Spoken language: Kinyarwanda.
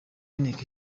inteko